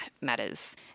matters